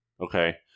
okay